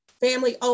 family